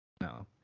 No